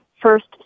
first